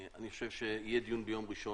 אני חושב שיהיה דיון ביום ראשון.